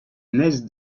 next